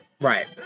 Right